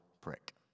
prick